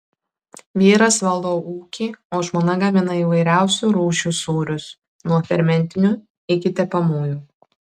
vyras valdo ūkį o žmona gamina įvairiausių rūšių sūrius nuo fermentinių iki tepamųjų